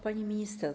Pani Minister!